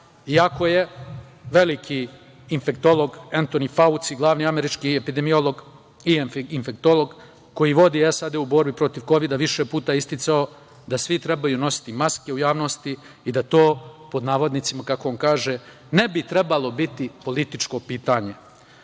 iako je veliki infektolog Entoni Fauči, glavni američki epidemiolog i infektolog koji vodi SAD u borbi protiv Kovida, više puta isticao da svi trebaju nositi maske u javnosti i da to, pod navodnicima, kako on kaže, ne bi trebalo biti političko pitanje.